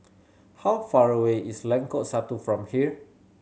how far away is Lengkok Satu from here